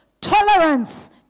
Tolerance